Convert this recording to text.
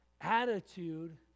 attitude